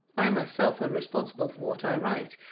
i myself am responsible for what i write,